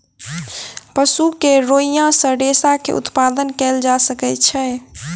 पशु के रोईँयाँ सॅ रेशा के उत्पादन कयल जा सकै छै